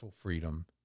freedom